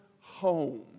home